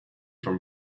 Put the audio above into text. from